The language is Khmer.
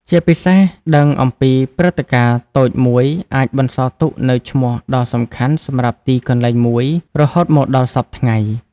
ជាពិសេស ដឹងអំពីព្រឹត្តិការណ៍តូចមួយអាចបន្សល់ទុកនូវឈ្មោះដ៏សំខាន់សម្រាប់ទីកន្លែងមួយរហូតមកដល់សព្វថ្ងៃ។